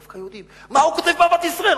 דווקא יהודים: מה הוא כותב "באהבת ישראל"?